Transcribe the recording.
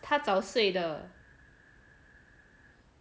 他早睡的